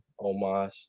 Omos